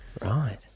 Right